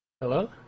Hello